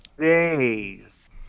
days